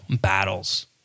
battles